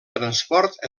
transport